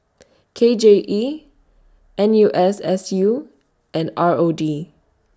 K J E N U S S U and R O D